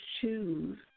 choose